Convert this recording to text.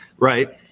Right